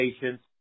patients